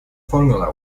formula